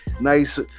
nice